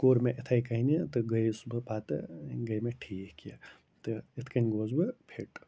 کوٚر مےٚ یِتھَے کَنۍ یہِ تہٕ گٔیَس بہٕ پَتہٕ گٔے مےٚ ٹھیٖک یہِ تہٕ یِتھ کَنۍ گوس بہٕ فِٹ